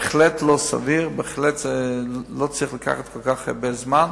בהחלט לא סביר שזה ייקח כל כך הרבה זמן.